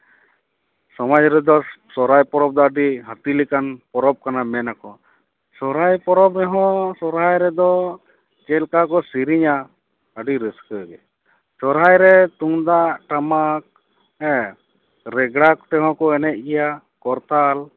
ᱥᱚᱨᱦᱟᱭ ᱯᱚᱨᱚᱵᱽ ᱫᱚ ᱟᱹᱰᱤ ᱦᱟᱹᱛᱤ ᱞᱮᱠᱟᱱ ᱯᱚᱨᱚᱵᱽ ᱠᱟᱱᱟ ᱢᱮᱱᱟᱠᱚ ᱥᱚᱨᱦᱟᱭ ᱯᱚᱨᱚᱵᱽ ᱨᱮᱦᱚᱸ ᱥᱚᱨᱦᱟᱭ ᱨᱮᱫᱚ ᱪᱮᱫ ᱞᱮᱠᱟ ᱠᱚ ᱥᱤᱨᱤᱧᱟ ᱟᱹᱰᱤ ᱨᱟᱹᱥᱠᱟᱹᱜᱮ ᱥᱚᱨᱦᱟᱭ ᱨᱮ ᱛᱩᱢᱫᱟᱜ ᱴᱟᱢᱟᱠ ᱦᱮᱸ ᱨᱮᱜᱽᱲᱟ ᱛᱮᱦᱚᱸ ᱠᱚ ᱮᱱᱮᱡ ᱜᱮᱭᱟ ᱠᱚᱨᱛᱟᱞ